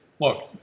look